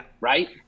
Right